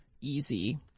easy